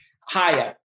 higher